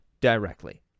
directly